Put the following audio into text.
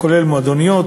הכולל מועדוניות,